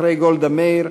אחרי גולדה מאיר,